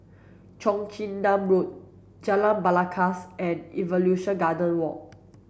Cheong Chin Nam Road Jalan Belangkas and Evolution Garden Walk